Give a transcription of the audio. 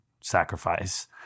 sacrifice